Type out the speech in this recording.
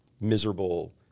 miserable